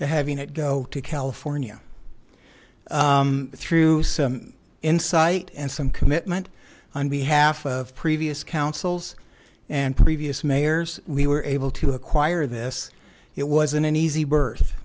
to having it go to california through some insight and some commitment on behalf of previous councils and previous mayors we were able to acquire this it was an uneasy birth